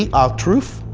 um ah truffes.